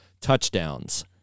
touchdowns